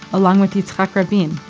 along with yitzhak rabin,